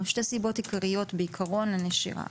שתי סיבות עיקריות בעיקרון לנשירה.